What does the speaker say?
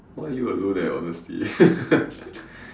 why are you alone eh honestly